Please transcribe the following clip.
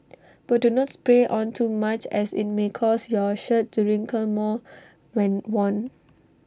but do not spray on too much as IT may cause your shirt to wrinkle more when worn